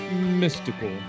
mystical